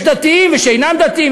יש דתיים ושאינם דתיים,